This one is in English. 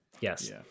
Yes